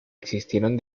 existieron